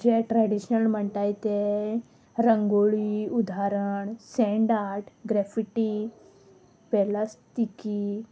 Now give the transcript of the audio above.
जे traditional म्हणटाय ते रंगोळी उदाहारण सेंड आट ग्रेफिटी पेलास्थिकी